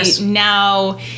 now